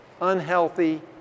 unhealthy